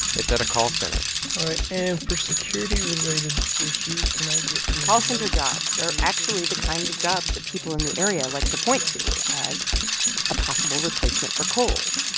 it's at a call center all right. and for security related issues, can i get the. call center jobs are actually the kinds of jobs that people in the area like to point to as a possible replacement for coal.